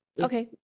okay